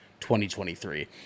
2023